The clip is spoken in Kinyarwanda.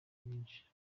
byinshi